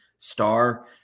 Star